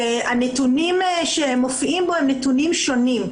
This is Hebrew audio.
והנתונים שמופיעים בו הם נתונים שונים.